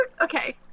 Okay